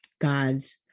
God's